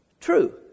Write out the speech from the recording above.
true